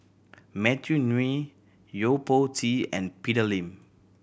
Matthew Ngui Yo Po Tee and Peter Lee